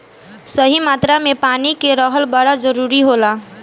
सही मात्रा में पानी के रहल बड़ा जरूरी होला